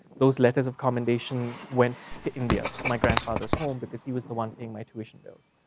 those letters of commendation went to india, to my grandfather's home because he was the one paying my tuition bills.